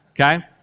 okay